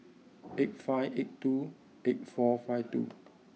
eight five eight two eight four five two